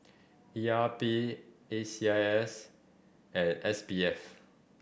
E R P A C I S and S B F